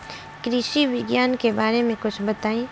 कृषि विज्ञान के बारे में कुछ बताई